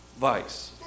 vice